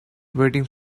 waiting